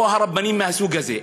או עם רבנים מהסוג הזה?